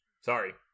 sorry